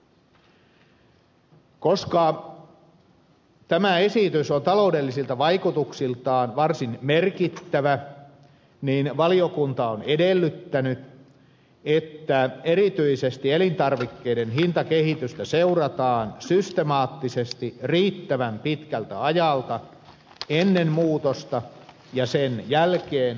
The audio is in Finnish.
koska tämä esitys on taloudellisilta vaikutuksiltaan varsin merkittävä valiokunta on edellyttänyt että erityisesti elintarvikkeiden hintakehitystä seurataan systemaattisesti riittävän pitkältä ajalta ennen muutosta ja sen jälkeen